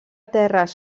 terres